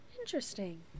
Interesting